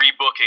rebooking